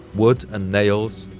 wood and nails,